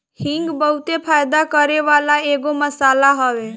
हिंग बहुते फायदा करेवाला एगो मसाला हवे